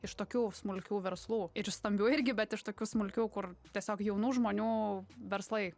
iš tokių smulkių verslų ir iš stambių irgi bet iš tokių smulkių kur tiesiog jaunų žmonių verslai